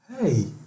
Hey